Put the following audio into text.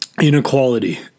inequality